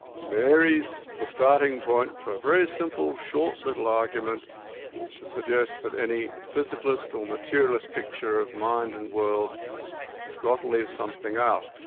mary's the starting point for a very simple short little argument to suggest that any physicalist or materialist picture of mind and world has got to leave something out.